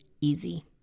easy